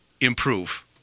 improve